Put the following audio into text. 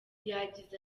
yagize